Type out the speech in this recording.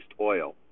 oil